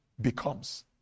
becomes